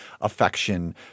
affection